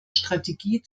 strategie